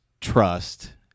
trust